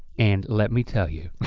and let me tell you.